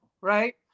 right